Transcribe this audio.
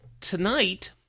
tonight